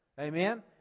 Amen